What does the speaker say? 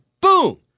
boom